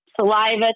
saliva